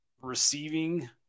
receiving